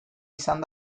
izan